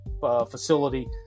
facility